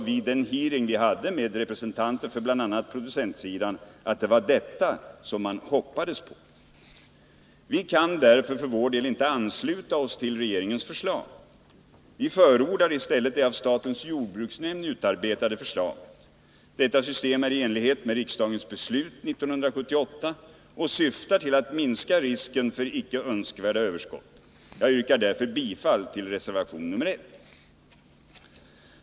Vid den hearing vi hade med representanter för bl.a. producentsidan framgick det också att det var detta som man hoppades på. Vi kan därför för vår del inte ansluta oss till regeringens förslag. Vi förordar i stället det av statens jordbruksnämnd utarbetade förslaget. Detta system står i överensstämmelse med riksdagens beslut 1978 och syftar till att minska risken för icke önskvärda överskott. Jag yrkar därför bifall till reservation 1.